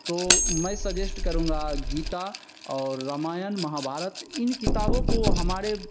तो मै सजेष्ट करूँगा गीता और रामायण महाभारत इन किताबों को हमारे